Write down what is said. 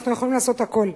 אנחנו יכולים לעשות הכול.